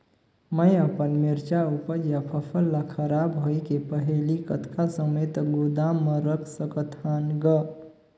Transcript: मैं अपन मिरचा ऊपज या फसल ला खराब होय के पहेली कतका समय तक गोदाम म रख सकथ हान ग?